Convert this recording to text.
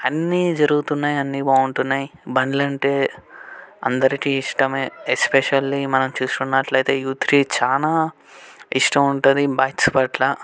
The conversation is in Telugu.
అన్నీ జరుగుతున్నాయి అన్నీ బాగుంటున్నాయి బండ్లు అంటే అందరికీ ఇష్టమే ఎస్పెషల్లీ మనం చూసుకున్నట్లు అయితే యూత్కి చాలా ఇష్టం ఉంటుంది బైక్స్ పట్ల